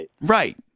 Right